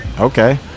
Okay